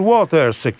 Waters